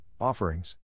offerings